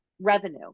revenue